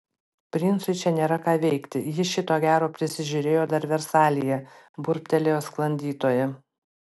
princui čia nėra ką veikti jis šito gero prisižiūrėjo dar versalyje burbtelėjo sklandytoja